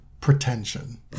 pretension